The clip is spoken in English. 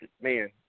man –